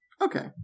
Okay